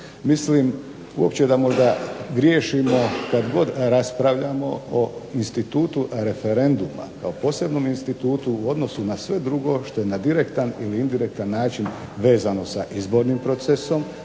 Mislim uopće da možda griješimo kad god raspravljamo o institutu referenduma, kao posebnom institutu u odnosu na sve drugo što je na direktan ili indirektan način vezano sa izbornim procesom,